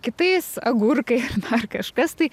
kitais agurkai ar kažkas tai